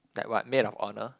like what maid of honour